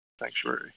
sanctuary